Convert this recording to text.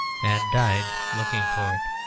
and died looking for it.